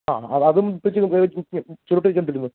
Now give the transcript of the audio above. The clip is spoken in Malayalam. ആ അ അതും പിടിച്ച് ചു ചുരുട്ടിവെച്ചോണ്ടിരുന്നോ